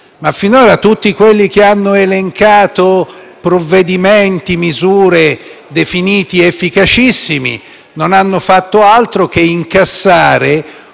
ma finora tutti coloro che hanno elencato provvedimenti e misure definiti efficacissimi non hanno fatto altro che incassare